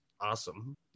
awesome